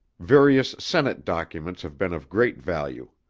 various senate documents have been of great value.